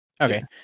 Okay